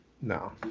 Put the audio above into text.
No